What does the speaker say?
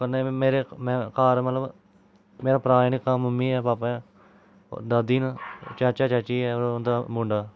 कन्नै मेरे मैं घर मतलब मेरा भ्राऽ ऐ निक्का मम्मी ऐ पापा ऐ होर दादी न चाचा चाची ऐ होर उन्दा मुंडा